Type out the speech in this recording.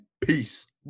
peace